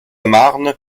marne